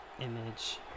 Image